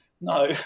no